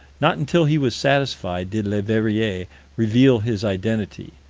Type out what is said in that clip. not until he was satisfied, did leverrier reveal his identity.